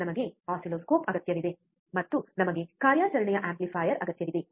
ನಮಗೆ ಆಸಿಲ್ಲೋಸ್ಕೋಪ್ ಅಗತ್ಯವಿದೆ ಮತ್ತು ನಮಗೆ ಕಾರ್ಯಾಚರಣೆಯ ಆಂಪ್ಲಿಫಯರ್ ಅಗತ್ಯವಿದೆ